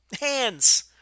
hands